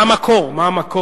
מה המקור?